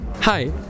hi